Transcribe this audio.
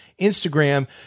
Instagram